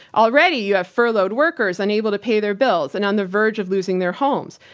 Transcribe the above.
already, you have furloughed workers unable to pay their bills and on the verge of losing their homes.